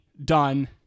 Done